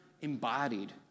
embodied